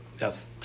Yes